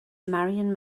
marion